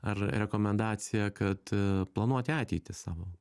ar rekomendacija kad planuoti ateitį savo